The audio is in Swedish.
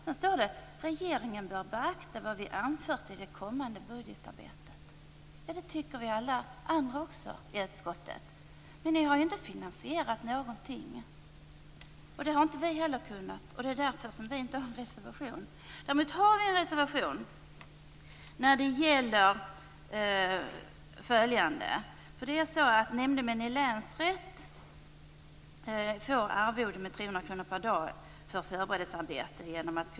Sedan står det: "Regeringen bör beakta vad vi anfört i det kommande budgetarbetet." Ja, det tycker alla andra i utskottet också! Men Moderaterna har ju inte finansierat någonting. Det har inte vi i Centerpartiet heller kunnat, och därför har vi ingen reservation. Däremot har vi en reservation som gäller följande. Nämndemän i länsrätt får arvode med 300 kr per dag för förberedelsearbete.